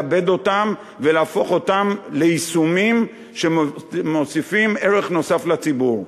לעבד אותם ולהפוך אותם ליישומים שמוסיפים ערך נוסף לציבור.